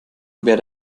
wer